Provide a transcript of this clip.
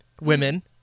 women